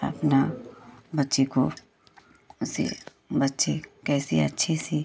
अपना बच्चे को उसे बच्चे कैसे अच्छे से